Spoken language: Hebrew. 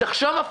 תחשוב,